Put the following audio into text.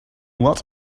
what